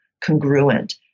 congruent